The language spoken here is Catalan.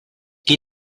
qui